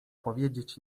powiedzieć